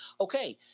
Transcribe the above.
Okay